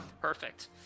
Perfect